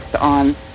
on